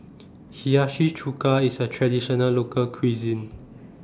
Hiyashi Chuka IS A Traditional Local Cuisine